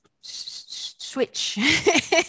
switch